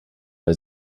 bei